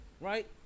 right